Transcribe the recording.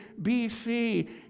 BC